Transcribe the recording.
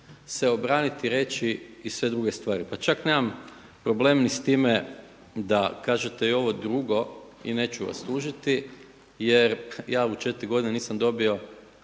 se obraniti i reći i sve druge stvari. Pa čak nemam problem ni s time da kažete i ovo drugo i neću vas tužiti jer ja u četiri godine nisam dobio,